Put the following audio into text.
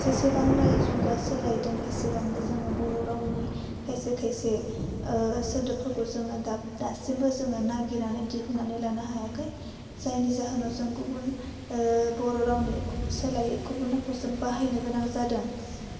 जेसेबांनो जुगा सोलायदों एसेबांनो जोङो बर' रावनि खायसे खायसे ओह सोदोबफोरखौ जोङो दासिमबो जोङो नागिरनानै दिहुननानै लानो हायाखै जायनि जाहोनाव जों गुबुन ओह बर' रावनि सोलायै गुबुन रावखौ बाहायनो गोनां जादों